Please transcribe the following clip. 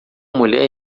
mulher